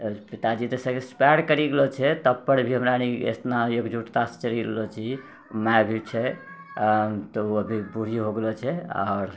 तऽ पिताजी तऽ सर एक्सपायर करि गेलो छै तब पर भी हमरा रि एतना एकजुटतासँ चलि रहलो छी माय भी छै तऽ ओ अभी बुढ़ी हो गेलो छै आओर